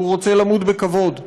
שהוא רוצה למות בכבוד.